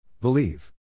Believe